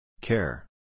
Care